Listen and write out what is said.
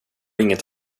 inget